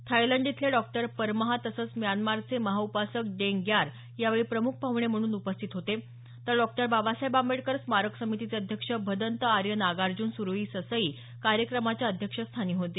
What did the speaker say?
Thailand इथले doctor परमहा तसंच म्यानमारचे महाउपासक डेंग ग्यार यावेळी प्रमुख पाहणे म्हणून उपस्थित होते तर डॉक्टर बाबासाहेब आंबेडकर स्मारक समितीचे अध्यक्ष भदंत आर्य नागार्जून सुरेई ससई कार्यक्रमाच्या अध्यक्षस्थानी होते